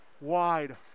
wide